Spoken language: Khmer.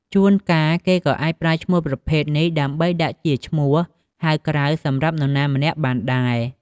ជួនកាល គេក៏អាចប្រើឈ្មោះប្រភេទនេះ ដើម្បីដាក់ជាឈ្មោះហៅក្រៅសម្រាប់នរណាម្នាក់បានដែរ។